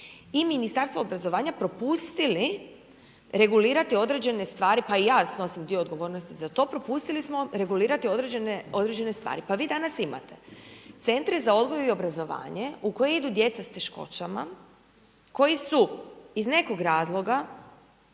i Ministarstvo obrazovanja, propustili regulirati određene stvari, pa i ja snosim dio odgovornosti za to, propustili smo regulirati određene stvari. Pa vi danas imate Centre za odgoj i obrazovanje u koje idu djeca s teškoćama, koji su iz nekog razloga,